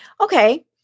okay